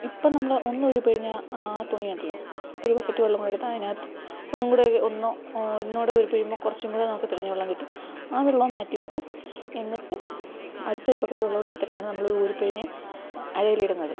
ഇപ്പം നമ്മൾ ഒന്ന് ഊരി പിഴിഞ്ഞ ആ തുണിയുണ്ടല്ലോ ഒരു ബക്കറ്റ് വെള്ളംകൂടെ എടുത്ത് അതിനകത്ത് ഒന്നും കൂടെ ഒന്നോ ഒന്നൂടെ ഉരി പിഴിയുമ്പോൾ കുറച്ചുംകൂടെ നമുക്ക് തെളിഞ്ഞ വെള്ളം കിട്ടും ആ വെള്ളം മാറ്റി വെക്കും എന്നിട്ട് അടുത്തൊരു ബക്കറ്റ് വെള്ളംകൂടെ എടുത്തിട്ടാണ് നമ്മൾ ഊരിപ്പിഴിഞ്ഞ് അഴയിലിടുന്നത്